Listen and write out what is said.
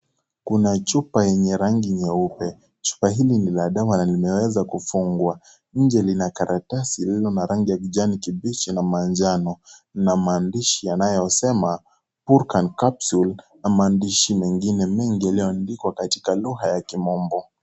Kuna chupa yenye rangi nyeupe, chupa hili lina dawa na limeweza kufungwa. Nje lina karatasi lilo na rangi ya kijani kibichi na manjano na maandishi yanayosema purcan capsules na maandishi mengi iliyoandikwa chanjo katika lugha ya kimombo.